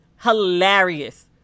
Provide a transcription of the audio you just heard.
hilarious